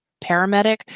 paramedic